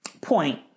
point